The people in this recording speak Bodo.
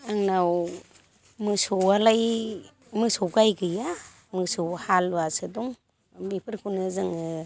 आंनाव मोसौआलाय मोसौ गाय गैया मोसौ हालुवासो दं बेफोरखौनो जोङो